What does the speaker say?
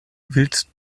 willst